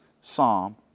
Psalm